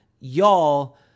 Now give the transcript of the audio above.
y'all